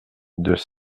deux